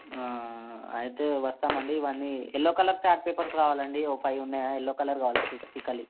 అయితే వస్తామండి ఇవన్నీ ఎల్లో కలర్ చార్ట్ పేపర్స్ కావాలండి ఒక ఫైవ్ ఉన్నాయా ఎల్లో కలర్ కావాలి